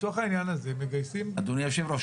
לצורך העניין הזה מגייסים --- אדוני היושב-ראש,